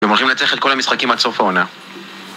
והם הולכים לנצח את כל המשחקים עד סוף העונה